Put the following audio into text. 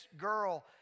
girl